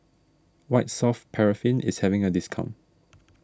White Soft Paraffin is having a discount